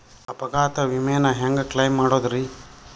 ಅಪಘಾತ ವಿಮೆನ ಹ್ಯಾಂಗ್ ಕ್ಲೈಂ ಮಾಡೋದ್ರಿ?